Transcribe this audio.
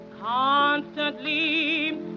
Constantly